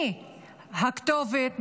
מה הכתובת,